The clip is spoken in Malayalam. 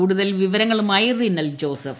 കൂടുതൽ വിവരങ്ങളുമായി റിനൽ ജോസഫ്